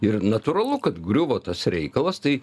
ir natūralu kad griuvo tas reikalas tai